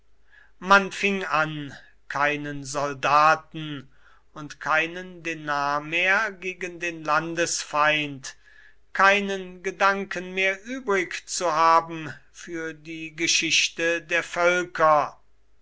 man fing an keinen soldaten und keinen denar mehr gegen den landesfeind keinen gedanken mehr übrig zu haben für die geschichte der völker